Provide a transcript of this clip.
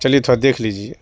چلیے تھوڑا دیکھ لیجیے